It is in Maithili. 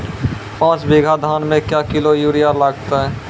पाँच बीघा धान मे क्या किलो यूरिया लागते?